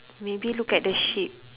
maybe look at the sheep